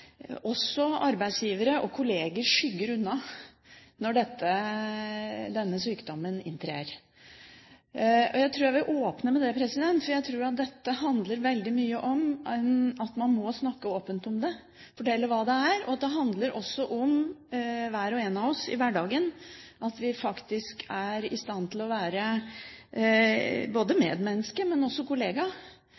også arbeidsgivere og kolleger skygger unna når denne sykdommen inntrer. Jeg tror jeg vil åpne med det, for jeg tror at dette veldig mye handler om at man må snakke åpent om det, fortelle hva det er. Det handler også om hver og en av oss i hverdagen, at vi faktisk er i stand til å være medmenneske, men også kollega, og ha mer kunnskap om dette, som gjør at man både